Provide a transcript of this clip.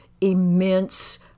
immense